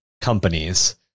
companies